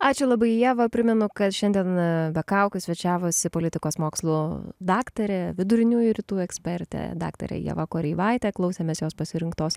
ačiū labai ieva primenu kad šiandiena be kaukių svečiavosi politikos mokslų daktarė viduriniųjų rytų ekspertė daktarė ieva kareivaitė klausėmės jos pasirinktos